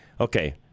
okay